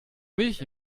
milch